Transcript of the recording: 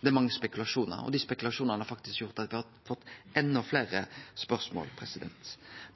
det er mange spekulasjonar, og dei spekulasjonane har faktisk gjort at ein har fått enda fleire spørsmål.